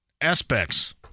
aspects